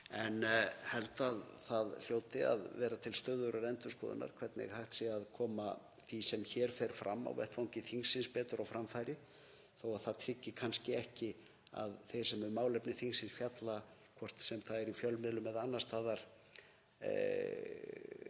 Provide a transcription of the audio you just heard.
en held að það hljóti að vera til stöðugrar endurskoðunar hvernig hægt sé að koma því sem hér fer fram á vettvangi þingsins betur á framfæri þó að það tryggi kannski ekki að þeir sem um málefni þingsins fjalla, hvort sem það er í fjölmiðlum eða annars staðar,